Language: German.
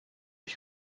ich